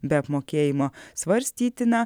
be apmokėjimo svarstytina